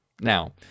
Now